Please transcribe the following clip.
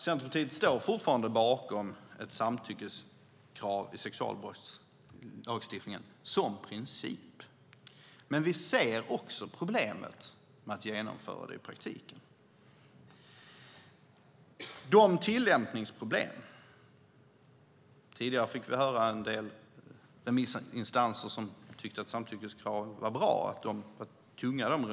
Centerpartiet står fortfarande bakom ett samtyckeskrav i sexualbrottslagstiftningen som princip, men vi ser också problemet med att genomföra det i praktiken. Vi fick tidigare höra om en del tunga remissinstanser som tyckte att samtyckeskravet var bra.